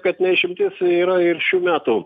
kad ne išimtis yra ir šių metų